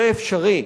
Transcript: זה אפשרי.